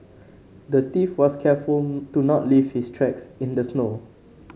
the thief was careful to not leave his tracks in the snow